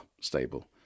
stable